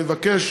אני מבקש